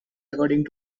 according